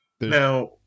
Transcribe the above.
Now